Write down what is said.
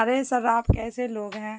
ارے sir آپ کیسے لوگ ہیں